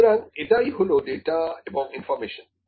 সুতরাং এটাই হলো ডেটা এবং ইনফর্মেশন